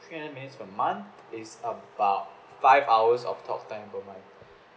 three hundred minutes per month is about five hours of talk time provided